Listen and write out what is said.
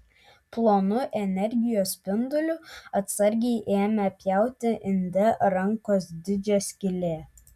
plonu energijos spinduliu atsargiai ėmė pjauti inde rankos dydžio skylę